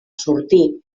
sortir